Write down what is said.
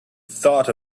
thought